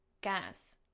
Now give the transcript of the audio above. Gas